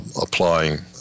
applying